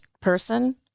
person